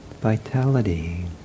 vitality